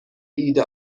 ایده